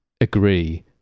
agree